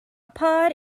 pod